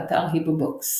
באתר היברובוקס